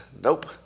Nope